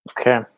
okay